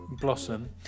Blossom